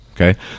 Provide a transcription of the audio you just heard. okay